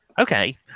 Okay